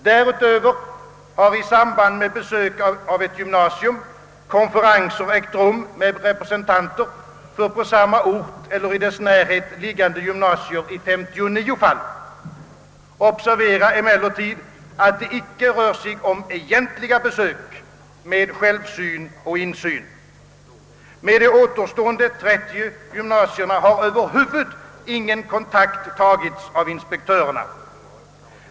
Därutöver har i samband med besök i ett gymnasium konferenser ägt rum med representanter för på samma ort eller i dess närhet liggande gymnasier i 59 fall. Observera emellertid, att det inte rör sig om egentliga besök med självsyn och insyn. Med de återstående 30 gymnasierna har över huvud ingen kontakt tagits av inspektörerna.